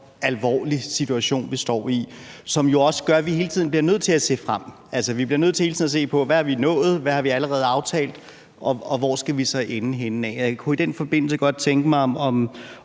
alvorlig en situation vi står i, hvilket jo også gør, at vi hele tiden bliver nødt til at se frem. Altså, vi bliver nødt til hele tiden at se på, hvad vi har nået, hvad vi allerede har aftalt, og hvor vi så skal ende henne. Jeg kunne i den forbindelse godt tænke mig at